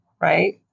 right